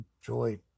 joy